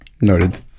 Noted